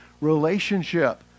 relationship